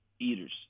eaters